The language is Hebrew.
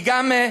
היא גם,